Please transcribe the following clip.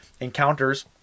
encounters